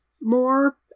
more